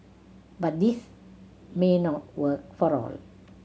but this may not work for all